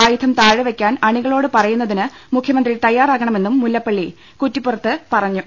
ആയുധം താഴെ വെയ്ക്കാൻ അണികളോട് പറയുന്നതിന് മുഖ്യമന്ത്രി തയ്യാറാ കണമെന്നും മുല്ലപ്പള്ളി കുറ്റിപ്പുറത്ത് പറഞ്ഞു